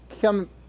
come